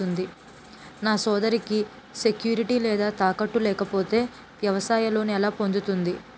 నా సోదరికి సెక్యూరిటీ లేదా తాకట్టు లేకపోతే వ్యవసాయ లోన్ ఎలా పొందుతుంది?